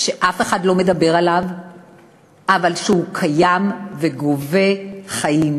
שאף אחד לא מדבר עליו אבל שהוא קיים וגובה חיים,